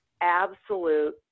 absolute